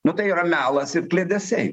nu tai yra melas ir kliedesiai